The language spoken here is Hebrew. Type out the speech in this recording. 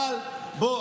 אבל בוא,